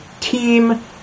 team